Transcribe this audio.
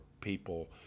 people